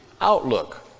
outlook